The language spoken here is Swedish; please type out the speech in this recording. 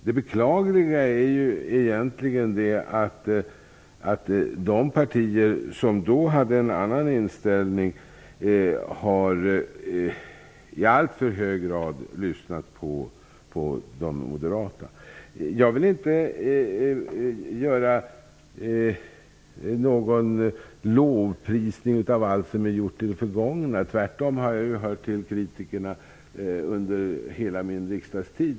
Det beklagliga är egentligen att de partier som då hade en annan inställning i alltför hög grad har lyssnat på moderaterna. Jag vill inte göra någon lovprisning av allt som gjorts i det förgångna. Tvärtom har jag hört till kritikerna under hela min riksdagstid.